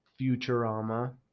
Futurama